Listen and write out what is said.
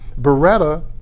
Beretta